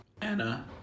Anna